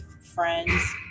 friends